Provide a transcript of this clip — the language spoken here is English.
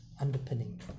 underpinning